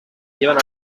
llevan